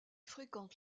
fréquente